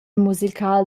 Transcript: musical